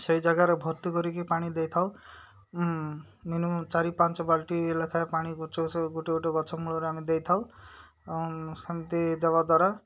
ସେଇ ଜାଗାରେ ଭର୍ତ୍ତି କରିକି ପାଣି ଦେଇଥାଉ ମିନିମମ୍ ଚାରି ପାଞ୍ଚ ବାଲଟି ଲେଖାଏ ପାଣି ଗୋଟେ ଗୋଟେ ଗଛ ମୂଳରେ ଆମେ ଦେଇଥାଉ ସେମିତି ଦେବା ଦ୍ୱାରା